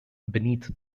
beneath